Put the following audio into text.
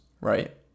right